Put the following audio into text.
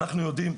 אנחנו יודעים,